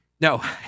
No